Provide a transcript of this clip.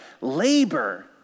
labor